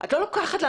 אני מצטערת.